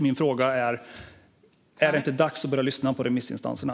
Min fråga är: Är det inte dags att börja lyssna på remissinstanserna?